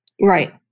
Right